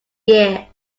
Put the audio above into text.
year